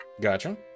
gotcha